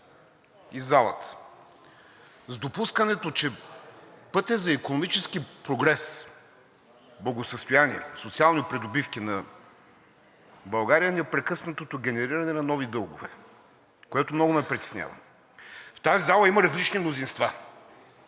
призрак с допускането, че пътят за икономически прогрес, благосъстояние и социални придобивки на България е непрекъснатото генериране на нови дългове, което много ме притеснява. В тази зала има различни мнозинства